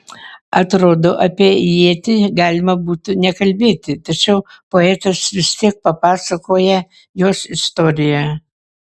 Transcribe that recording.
atrodo apie ietį galima būtų nekalbėti tačiau poetas vis tiek papasakoja jos istoriją